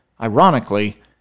Ironically